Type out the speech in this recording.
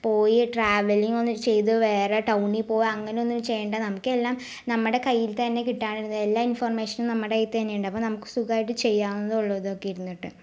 പോയി ട്രാവലിങ് ഒന്ന് ചെയ്ത് വേറെ ടൗണിൽ പോയി അങ്ങനെയൊന്നും ചെയ്യേണ്ട നമുക്ക് എല്ലാം നമ്മുടെ കൈയ്യിൽ തന്നെ കിട്ടാനിരുന്നു എല്ലാ ഇൻഫർമേഷനും നമ്മുടെ കയ്യിൽ തന്നെ ഉണ്ട് അപ്പം നമുക്ക് സുഖമായിട്ട് ചെയ്യാവുന്നതെ ഉള്ളു ഇതൊക്കെ ഇരുന്നിട്ട്